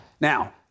Now